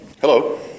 Hello